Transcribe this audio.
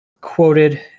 quoted